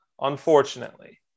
unfortunately